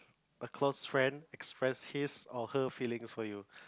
a close friend express his or her feelings for you